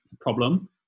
problem